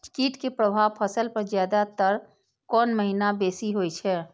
कीट के प्रभाव फसल पर ज्यादा तर कोन महीना बेसी होई छै?